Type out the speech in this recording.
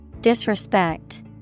Disrespect